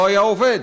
לא היה עובד?